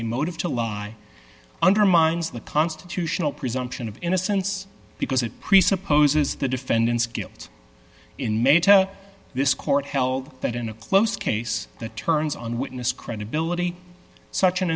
a motive to lie undermines the constitutional presumption of innocence because it presupposes the defendant's guilt in may tell this court held that in a close case that turns on witness credibility such an